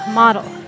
model